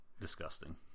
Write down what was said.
disgusting